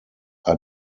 are